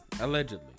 Allegedly